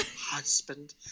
husband